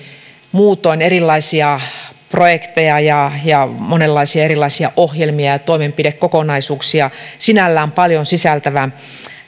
muutoin erilaisia projekteja ja ja monenlaisia erilaisia ohjelmia ja toimenpidekokonaisuuksia sinällään paljon sisältävä